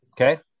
okay